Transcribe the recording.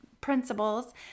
principles